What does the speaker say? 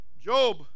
Job